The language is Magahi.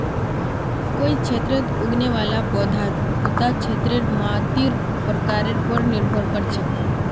कोई क्षेत्रत उगने वाला पौधार उता क्षेत्रेर मातीर प्रकारेर पर निर्भर कर छेक